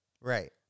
Right